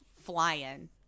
flying